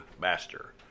master